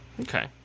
Okay